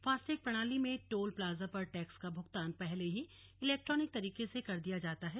FASTag प्रणाली में toll plaza पर टैक्स का भूगतान पहले ही इलैक्ट्रॉनिक तरीके से कर दिया जाता है